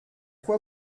quoi